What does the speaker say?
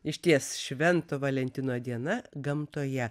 išties švento valentino diena gamtoje